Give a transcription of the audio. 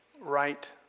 right